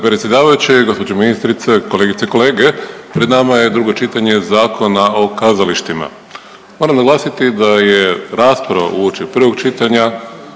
predsjedavajući, gospođo ministrice, kolegice i kolege. Pred nama je drugo čitanje Zakona o kazalištima. Moram naglasiti da je rasprava uoči prvog čitanja